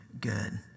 good